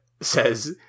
says